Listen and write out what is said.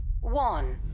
one